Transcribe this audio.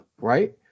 right